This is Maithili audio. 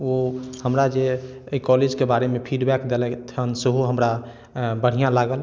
ओ हमरा जे अइ कॉलेजके बारेमे फीडबैक देलथि हन सेहो हमरा बढ़िआँ लागल